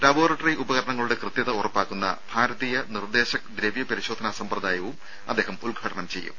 laboratory ഉപകരണങ്ങളുടെ കൃത്യത ഉറപ്പാക്കുന്ന ഭാരതീയ നിർദേശക് ദ്രവ്യ പരിശോധനാ സമ്പ്രദായവും അദ്ദേഹം ഉദ്ഘാടനം ചെയ്യും